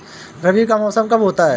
रबी का मौसम कब होता हैं?